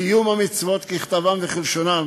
קיום המצוות ככתבן וכלשונן,